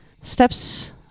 steps